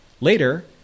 Later